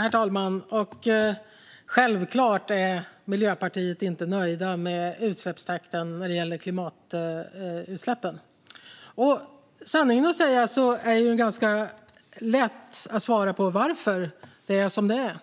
Herr talman! Självklart är Miljöpartiet inte nöjt med utsläppstakten när det gäller klimatutsläppen, och sanningen att säga är det ganska lätt att svara på varför det är som det är.